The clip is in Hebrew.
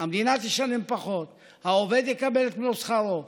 המדינה תשלם פחות, העובד יקבל את מלוא שכרו,